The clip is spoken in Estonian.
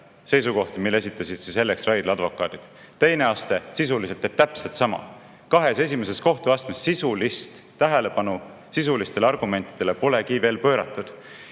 seisukohti, mille esitasid Ellex Raidla advokaadid. Teine aste sisuliselt tegi täpselt sama. Kahes esimeses kohtuastmes sisulist tähelepanu sisulistele argumentidele ei pööratud.